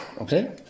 Okay